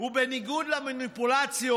ובניגוד למניפולציות,